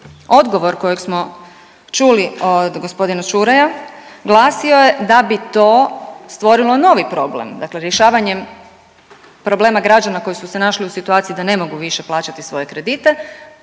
Odgovor kojeg smo čuli od g. Čuraja glasio je da bi to stvorilo novi problem, dakle rješavanjem problema građana koji su se našli u situaciji da ne mogu više plaćati svoje kredite